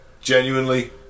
Genuinely